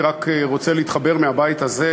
ישיב שר הכלכלה נפתלי